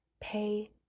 Pay